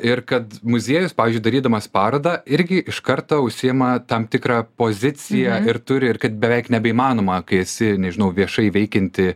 ir kad muziejus pavyzdžiui darydamas parodą irgi iš karto užsiima tam tikrą poziciją ir turi ir kad beveik nebeįmanoma kai esi nežinau viešai veikianti